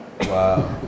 Wow